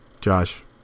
Josh